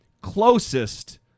closest